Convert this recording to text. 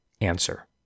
Answer